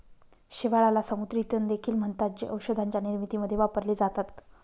शेवाळाला समुद्री तण देखील म्हणतात, जे औषधांच्या निर्मितीमध्ये वापरले जातात